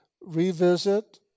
revisit